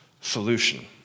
solution